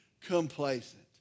complacent